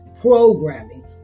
programming